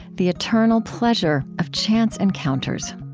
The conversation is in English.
the eternal pleasure of chance encounters.